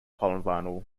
polyvinyl